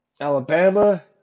Alabama